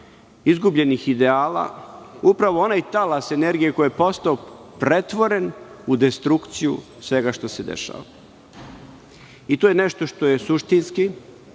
izgubljenih ideala, upravo onaj talas energije koji je postojao pretvoren u destrukciju svega što se dešava. To je nešto što je suštinski